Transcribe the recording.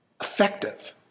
effective